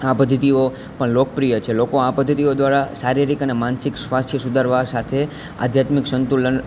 આ પદ્ધતિઓ પણ લોકપ્રિય છે લોકો આ પદ્ધતિઓ દ્વારા શારીરિક અને માનસિક સ્વાસ્થ્ય સુધારવાં સાથે આધ્યાત્મિક સંતુલન